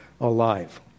alive